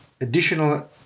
additional